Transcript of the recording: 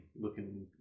looking